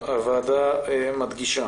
הוועדה מדגישה